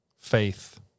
faith